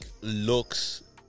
looks